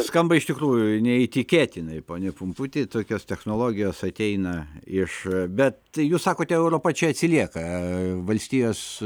skamba iš tikrųjų neįtikėtinai pone pumputi tokios technologijos ateina iš bet jus sakote europa čia atsilieka valstijos